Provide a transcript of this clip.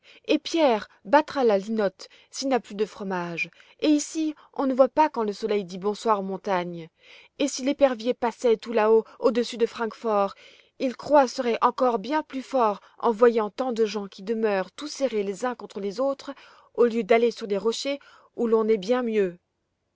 et pierre battra la linotte s'il n'a plus de fromage et ici on ne voit pas quand le soleil dit bonsoir aux montagnes et si l'épervier passait tout là-haut au-dessus de francfort il croasserait encore bien plus fort en voyant tant de gens qui demeurent tout serrés les uns contre les autres au lieu d'aller sur les rochers où l'on est bien mieux